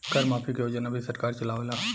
कर माफ़ी के योजना भी सरकार चलावेला